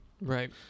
Right